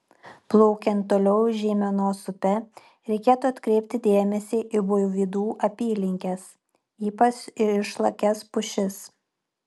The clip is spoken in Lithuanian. plaukiant toliau žeimenos upe reikėtų atkreipti dėmesį į buivydų apylinkes ypač į išlakias pušis